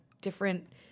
different